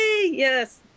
Yes